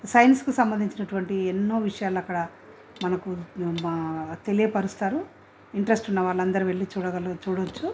సైన్స్కు సంబంధించినటువంటి ఎన్నో విషయాలు అక్కడ మనకు తెలియపరుస్తారు ఇంట్రెస్ట్ ఉన్నవాళ్ళు అందరూ వెళ్ళి చూడగలుగు చూడచ్చు